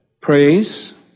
praise